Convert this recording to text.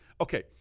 Okay